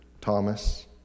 Thomas